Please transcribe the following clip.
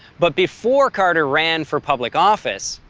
but before carter ran for public office,